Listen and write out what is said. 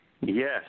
Yes